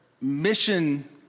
mission